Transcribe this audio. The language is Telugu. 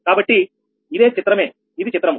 కాబట్టి ఇదే చిత్రమే ఇది చిత్రము